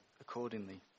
accordingly